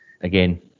Again